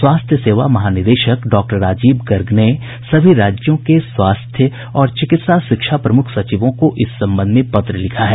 स्वास्थ्य सेवा महानिदेशक डॉक्टर राजीव गर्ग ने सभी राज्यों के स्वास्थ्य और चिकित्सा शिक्षा प्रमुख सचिवों को इस संबंध में पत्र लिखा है